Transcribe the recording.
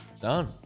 Done